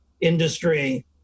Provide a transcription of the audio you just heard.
industry